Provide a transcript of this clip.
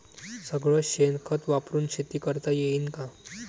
सगळं शेन खत वापरुन शेती करता येईन का?